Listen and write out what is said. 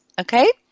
okay